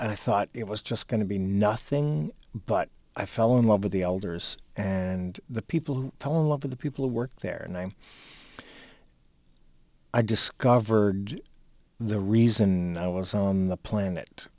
and i thought it was just going to be nothing but i fell in love with the elders and the people telling love of the people who work there and i'm i discovered the reason i was on the planet